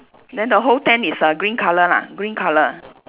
then the whole tent is uh green colour lah green colour